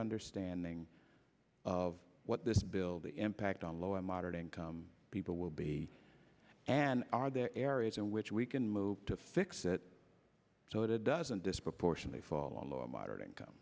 understanding of what this bill the impact on low and moderate income people will be and are there areas in which we can move to fix it so that it doesn't disproportionately fall on moderate income